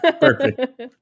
Perfect